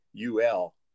UL